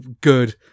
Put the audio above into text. good